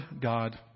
God